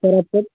sir offer